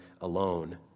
alone